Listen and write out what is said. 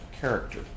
character